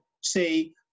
say